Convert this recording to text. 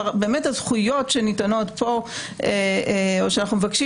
באמת הזכויות שניתנות פה או שאנחנו מבקשים